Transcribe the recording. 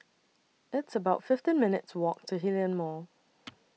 It's about fifteen minutes' Walk to Hillion Mall